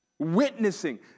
Witnessing